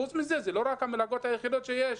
חוץ מזה, אלו לא המלגות היחידות שיש.